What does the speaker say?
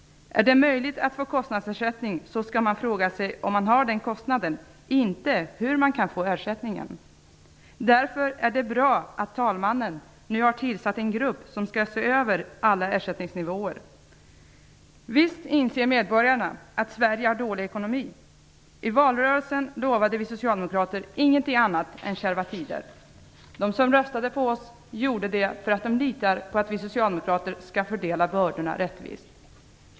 Om det är möjligt att få kostnadsersättning skall man fråga sig om man har den kostnaden, inte hur man kan få ersättningen. Därför är det bra att talmannen nu har tillsatt en grupp som skall se över alla ersättningsnivåer. Visst inser medborgarna att Sverige har dålig ekonomi. I valrörelsen lovade vi socialdemokrater ingenting annat än kärva tider. De som röstade på oss socialdemokrater gjorde det därför att de litar på att vi fördelar bördorna rättvist.